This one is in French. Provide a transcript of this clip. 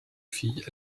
fille